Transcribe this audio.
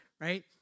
right